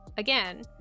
again